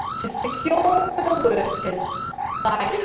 to secure for the workers by